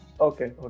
okay